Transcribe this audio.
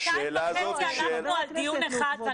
מאיר, שעתיים וחצי אנחנו על דיון אחד.